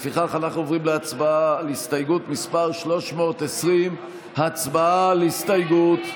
לפיכך אנחנו עוברים להצבעה על הסתייגות מס' 320. הצבעה על הסתייגות.